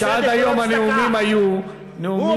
שעד היום הנאומים היו נאומים,